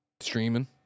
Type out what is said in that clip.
Streaming